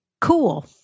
Cool